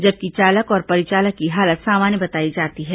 जबकि चालक और परिचालक की हालत सामान्य बताई जाती है